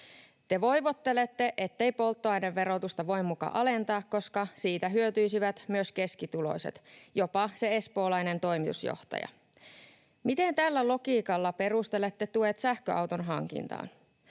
Te voivottelette, ettei polttoaineverotusta voi muka alentaa, koska siitä hyötyisivät myös keskituloiset, jopa se espoolainen toimitusjohtaja. Miten tällä logiikalla perustelette tuet sähköauton hankintaan?